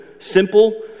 simple